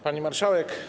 Pani Marszałek!